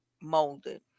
molded